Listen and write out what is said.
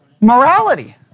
Morality